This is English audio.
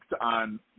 on